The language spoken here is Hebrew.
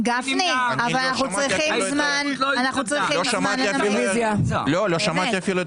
הצבעה ההסתייגות לא נתקבלה ההסתייגות לא התקבלה.